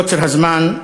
מקוצר הזמן,